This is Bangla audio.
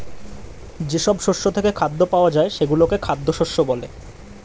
যেসব শস্য থেকে খাদ্য পাওয়া যায় সেগুলোকে খাদ্য শস্য বলে